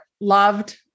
loved